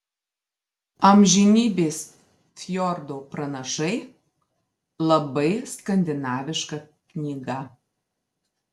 amžinybės fjordo pranašai labai skandinaviška knyga